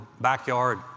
backyard